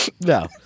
No